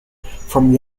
from